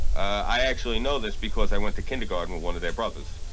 i actually know this because i went to kindergarten with one of their brothers